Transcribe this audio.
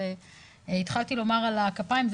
שהתחלתי לומר על הכפיים,